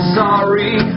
sorry